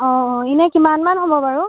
অ' অ' এনেই কিমানমান হ'ব বাৰু